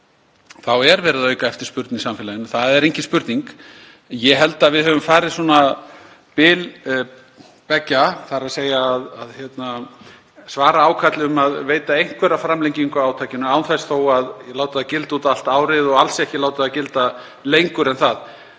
árs er verið að auka eftirspurn í samfélaginu. Það er engin spurning. Ég held að við höfum farið bil beggja, þ.e. að svara ákalli um að veita einhverja framlengingu á átakinu án þess þó að láta það gilda út allt árið og alls ekki láta það gilda lengur en það.